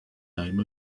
name